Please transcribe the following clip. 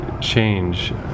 change